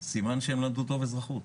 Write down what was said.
סימן שהם למדו טוב אזרחות.